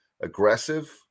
aggressive